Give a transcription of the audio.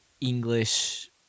English